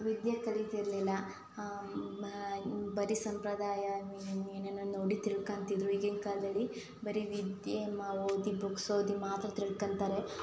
ವಿದ್ಯೆ ಕಲೀತಿರಲಿಲ್ಲ ಬರಿ ಸಂಪ್ರದಾಯ ಏನೇನೋ ನೋಡಿ ತಿಳ್ಕತಿದ್ರು ಈಗಿನ ಕಾಲದಲ್ಲಿ ಬರೀ ವಿದ್ಯೆ ಮ ಓದಿ ಬುಕ್ಸ್ ಓದಿ ಮಾತ್ರ ತಿಳ್ಕೊತರೆ